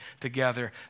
together